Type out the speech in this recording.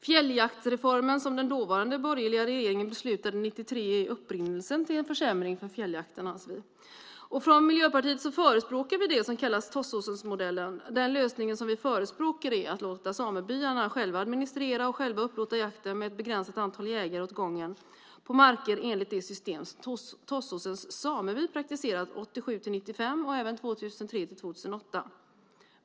Fjälljaktsreformen, som den dåvarande borgerliga regeringen beslutade om 1993, är upprinnelsen till en försämring av fjälljakten. Från Miljöpartiet förespråkar vi det som kallas Tåssåsensmodellen. Den lösning som vi förespråkar är att låta samebyarna själva administrera och upplåta jakten med ett begränsat antal jägare åt gången på marker enligt det system som Tåssåsens sameby praktiserat 1987-1995 och 2003-2008.